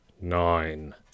Nine